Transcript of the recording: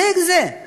אז איך זה?